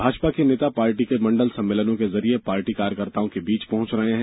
भाजपा के नेता पार्टी के मंडल सम्मेलनों के जरिए पार्टी कार्यकर्ताओं के बीच पहॅच रहे हैं